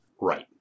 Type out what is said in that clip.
Right